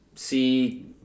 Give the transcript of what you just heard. See